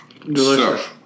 Delicious